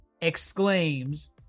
exclaims